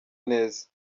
neza